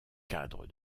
cadre